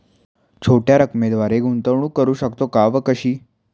छोट्या रकमेद्वारे गुंतवणूक करू शकतो का व कशी?